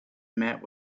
met